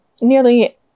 nearly